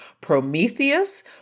Prometheus